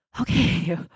Okay